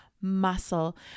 muscle